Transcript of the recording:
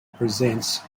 presents